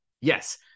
Yes